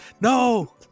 No